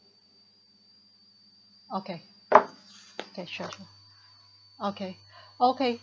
okay ok sure sure okay okay